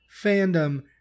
fandom